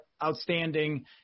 outstanding